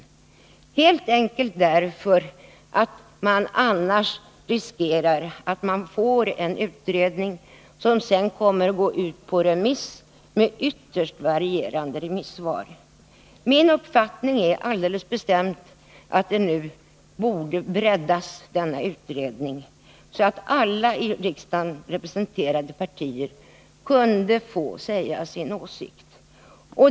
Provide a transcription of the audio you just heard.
Jag bedömer det så helt enkelt därför att man annars riskerar att få ytterst varierande remissvar när utredningen går ut på remiss. Min alldeles bestämda uppfattning är att utredningen nu borde breddas, så att alla i riksdagen representerade partier kunde få redovisa sina åsikter.